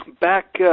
back